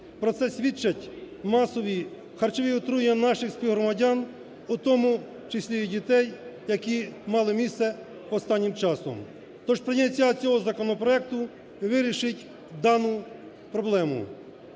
Про це свідчать масові харчові отруєння наших співгромадян, в тому числі дітей, які мали місце останнім часом. Тож прийняття цього законопроекту вирішить дану проблему.